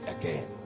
again